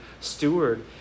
steward